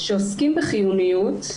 שעוסקים בחיוניות.